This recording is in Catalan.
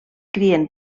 crien